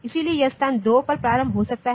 इसलिए यह स्थान 2 पर प्रारंभ हो सकता है